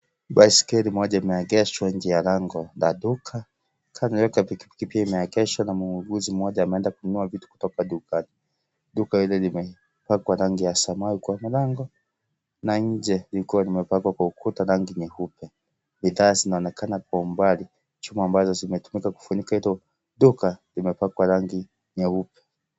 Baiskeli moja imeegeshwa nje ya lango la duka , kando yake pikipiki pia imeegeshwa na muuguzi mmoja ameenda kununua vitu kutoka dukani. Duka ile limepakwa rangi ya samawi kwa mlango na nje likiwa limepakwa kwa ukuta rangi nyeupe . Bidhaa zinaonekana kwa umbali, chuma ambazo zimetumumika kufunika hilo duka limepakwa rangi nyeupe.